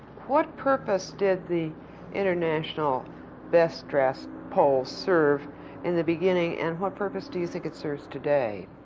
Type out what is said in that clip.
what purpose did the international best dressed poll serve in the beginning, and what purpose do you think it serves today?